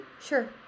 Sure